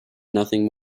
nothing